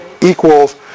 equals